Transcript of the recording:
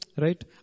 Right